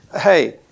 Hey